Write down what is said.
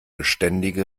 beständige